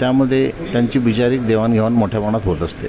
त्यामध्ये त्यांची वैचारिक देवाणघेवाण मोठ्या प्रमाणात होत असते